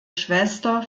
schwester